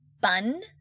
bun